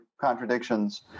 contradictions